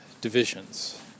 divisions